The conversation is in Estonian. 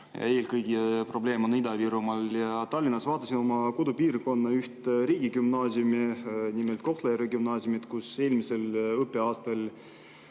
Eelkõige on probleem Ida-Virumaal ja Tallinnas. Vaatasin oma kodupiirkonna üht riigigümnaasiumi, nimelt Kohtla-Järve Gümnaasiumi, kus eelmisel õppeaastal